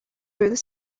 through